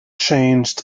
changed